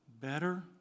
better